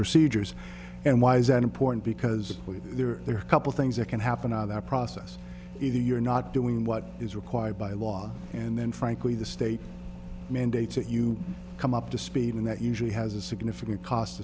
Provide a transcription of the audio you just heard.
procedures and why is that important because there are couple things that can happen out of that process either you're not doing what is required by law and then frankly the state mandates that you come up to speed and that usually has a significant cost